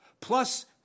Plus